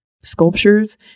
sculptures